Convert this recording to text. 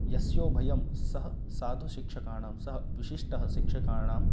यस्योभयं सः साधुशिक्षकाणां सः विशिष्टः शिक्षकाणाम्